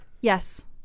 Yes